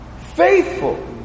Faithful